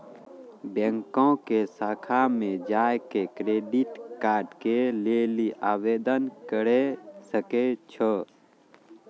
बैंको के शाखा मे जाय के क्रेडिट कार्ड के लेली आवेदन करे सकै छो